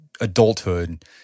adulthood